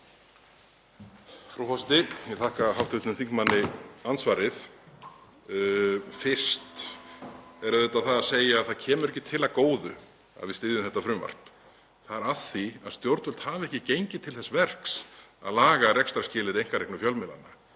Frú forseti. Ég þakka hv. þingmanni andsvarið. Fyrst er auðvitað það að segja að það kemur ekki til af góðu að við styðjum þetta frumvarp. Það er af því að stjórnvöld hafa ekki gengið til þess verks að laga rekstrarskilyrði einkarekinna fjölmiðlanna.